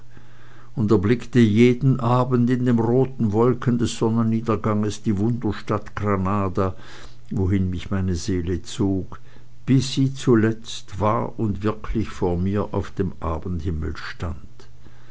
und erblickte jeden abend in den roten wolken des sonnenniederganges die wunderstadt granada wohin mich meine seele zog bis sie zuletzt wahr und wirklich vor mir auf dem abendhimmel stand